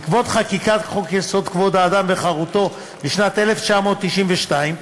בעקבות חקיקת חוק-יסוד: כבוד האדם וחירותו בשנת 1992,